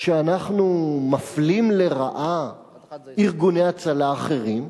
שאנחנו מפלים לרעה ארגוני הצלה אחרים,